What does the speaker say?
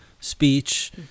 speech